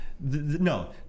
no